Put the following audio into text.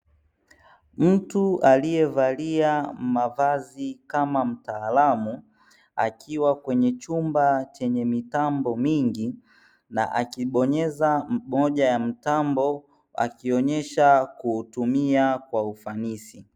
Mtu aliyevalia mavazi kama mtaalamu akiwa kwenye chumba chenye mitambo mingi, na akibonyeza mmoja ya mtambo akionyesha kuutumia kwa ufanisi.